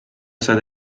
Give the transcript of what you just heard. seda